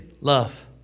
love